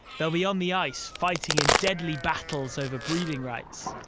they'll be on the ice fighting in deadly battles over breeding rights.